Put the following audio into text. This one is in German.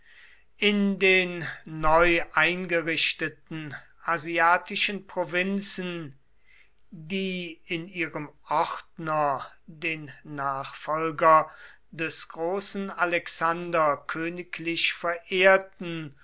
in den neu eingerichteten asiatischen provinzen die in ihrem ordner den nachfolger des großen alexander königlich verehrten